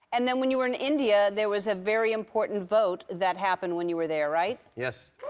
and then when you were in india, there was a very important vote that happened when you were there, right? yes.